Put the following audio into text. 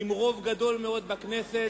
עם רוב גדול מאוד בכנסת,